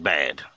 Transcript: Bad